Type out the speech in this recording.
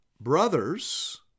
brothers